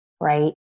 right